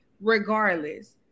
regardless